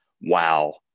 wow